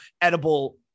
edible